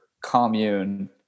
commune